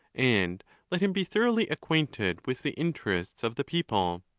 and let him be thoroughly acquainted with the interests of the people.